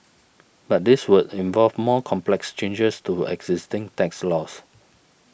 but this would involve more complex changes to existing tax laws